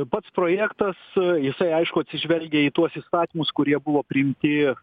pats projektas jisai aišku atsižvelgia į tuos įstatymus kurie buvo priimti